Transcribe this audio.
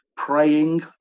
praying